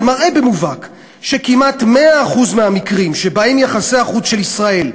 הוא מראה במובהק שכמעט 100% המקרים שבהם יחסי החוץ של ישראל,